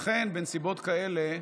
לכן, בנסיבות כאלה,